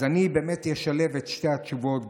אז אני באמת אשלב שתי התשובות,